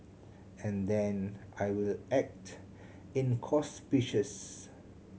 and then I will act inconspicuous